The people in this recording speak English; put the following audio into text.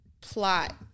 plot